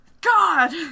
God